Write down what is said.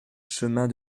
chemin